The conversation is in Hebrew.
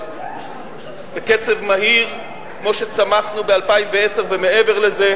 בקצב מהיר כמו שצמחנו ב-2010 ומעבר לזה,